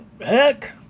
heck